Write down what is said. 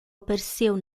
apareceu